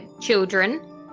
children